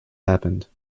happened